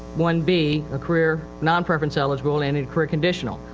one b a career non-preference eligible and and career conditional.